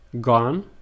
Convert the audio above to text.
gone